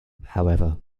however